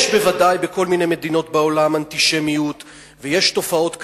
יש בוודאי בכל מיני מדינות בעולם אנטישמיות ויש תופעות כאלה,